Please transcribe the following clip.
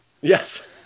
Yes